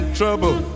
trouble